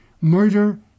murder